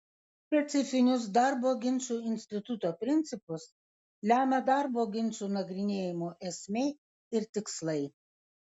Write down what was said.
specifinius darbo ginčų instituto principus lemia darbo ginčų nagrinėjimo esmė ir tikslai